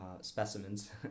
specimens